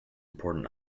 important